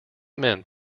meant